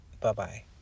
Bye-bye